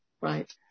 right